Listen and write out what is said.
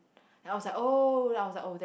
then I was oh then I was like oh that's